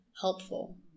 helpful